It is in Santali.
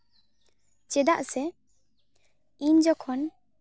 ᱪᱮᱫᱟᱜ ᱥᱮ ᱤᱧ ᱡᱚᱠᱷᱚᱱ